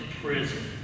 prison